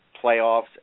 playoffs